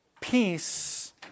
peace